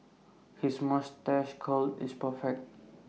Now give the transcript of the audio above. his moustache curl is perfect